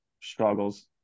struggles